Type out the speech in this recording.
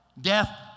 Death